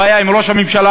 הבעיה עם ראש הממשלה,